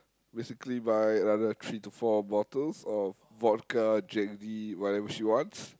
basically buy another three to four bottles of vodka Jack-D whatever she wants